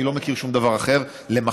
אני לא מכיר שום דבר אחר למחר.